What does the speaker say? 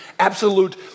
absolute